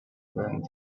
going